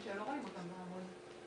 זה מאוד מיושן, זה לא תואם את רוח התקופה.